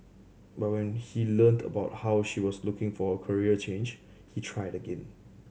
but when he learnt about how she was looking for a career change he tried again